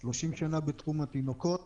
30 שנים בתחום התינוקות